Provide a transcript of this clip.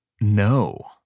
No